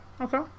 okay